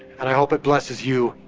and i hope it blesses you,